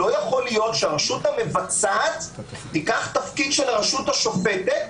לא יכול להיות שהרשות המבצעת תיקח תפקיד של הרשות השופטת